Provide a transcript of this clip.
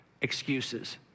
excuses